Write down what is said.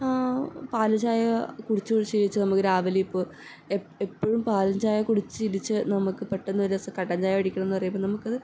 പാലൊഴിച്ച ചായ കുടിച്ച് കുടിച്ച് കുടിച്ച് നമുക്ക് രാവിലെ ഇപ്പോൾ എപ്പോഴും പാലും ചായ കുടിച്ച് കുടിച്ച് നമുക്ക് പെട്ടെന്നൊരു ദിവസം കട്ടൻ ചായ കുടിക്കണമെന്ന് പറയുമ്പോൾ നമുക്കത്